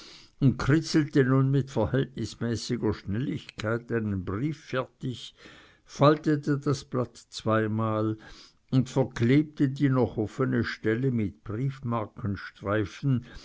und kritzelte nun mit verhältnismäßiger schnelligkeit einen brief fertig faltete das blatt zweimal und verklebte die noch offene stelle mit